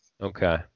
Okay